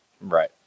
Right